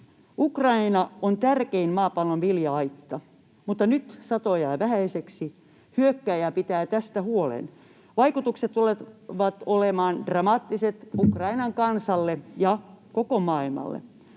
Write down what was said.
Ukraina on maapallon tärkein vilja-aitta, mutta nyt sato jää vähäiseksi — hyökkääjä pitää tästä huolen. Vaikutukset tulevat olemaan dramaattiset Ukrainan kansalle ja koko maailmalle.